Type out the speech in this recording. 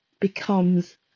becomes